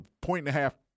point-and-a-half